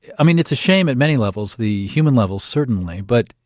i mean, it's a shame at many levels the human level, certainly. but,